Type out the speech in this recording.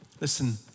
Listen